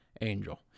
Angel